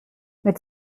mit